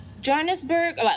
Johannesburg